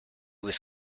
was